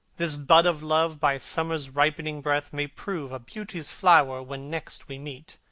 this bud of love by summer's ripening breath may prove a beauteous flower when next we meet